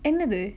என்னது:ennathu